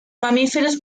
mamíferos